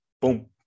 boom